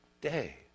day